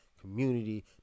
community